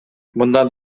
мындан